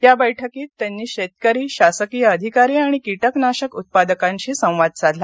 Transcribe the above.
या बैठकीत त्यांनी शेतकरी शासकीय अधिकारी आणि कीटकनाशक उत्पादकांशी संवाद साधला